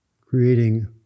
creating